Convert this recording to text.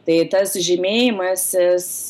tai tas žymėjimasis